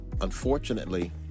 Unfortunately